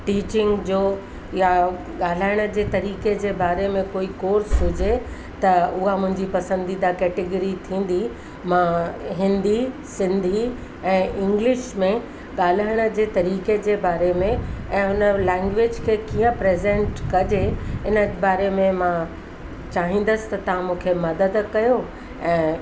teaching जो या ॻाल्हाइण जे तरीक़े जे बारे में कोई कोर्स हुजे त उहा मुंहिंजी पसंदीदा केटगिरी थींदी मां हिंदी सिंधी ऐं इंग्लिश में ॻाल्हाइण जे तरीक़े जे बारे में ऐं हुन लैग्वेंज खे कीअं प्रजेंट कजे इन बारे में मां चाहींदसि त तव्हां मूंखे मदद कयो ऐं